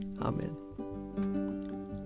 Amen